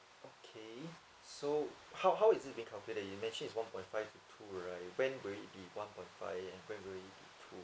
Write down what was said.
okay so how how is it being calculated you mentioned it's one point five to two right when will it be one point five and when will it be two